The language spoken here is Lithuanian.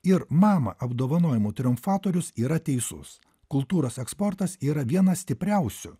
ir mama apdovanojimų triumfatorius yra teisus kultūros eksportas yra vienas stipriausių